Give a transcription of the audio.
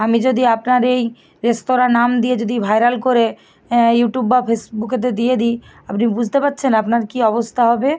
আমি যদি আপনার এই রেস্তরাঁর নাম দিয়ে যদি ভাইরাল করে ইউটিউব বা ফেসবুকে দিয়ে দিই আপনি বুঝতে পারছেন আপনার কী অবস্থা হবে